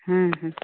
ᱦᱩᱸ ᱦᱩᱸ